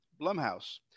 Blumhouse